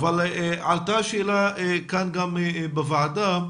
אבל עלתה שאלה בוועדה,